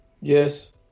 yes